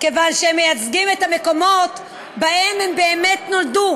כיוון שהם מייצגים את המקומות שבהם הם באמת נולדו.